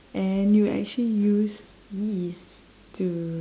and you actually use yeast to